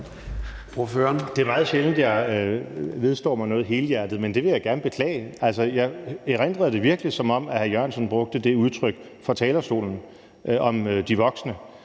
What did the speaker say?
Det er meget sjældent, jeg vedstår mig noget helhjertet, men det vil jeg gerne beklage. Altså, jeg erindrer det virkelig, som om hr. Jan E. Jørgensen brugte det udtryk fra talerstolen, altså det om de voksne.